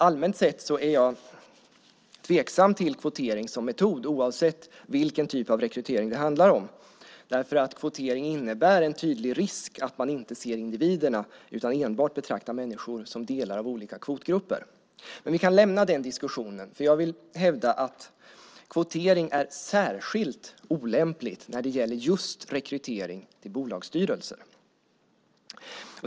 Allmänt sett är jag tveksam till kvotering som metod oavsett vilken typ av rekrytering det handlar om. Kvotering innebär en tydlig risk att man inte ser individerna utan enbart betraktar människor som delar av olika kvotgrupper. Vi kan dock lämna den diskussionen. Jag vill hävda att kvotering är särskilt olämpligt när det gäller rekrytering till just bolagsstyrelser.